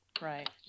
Right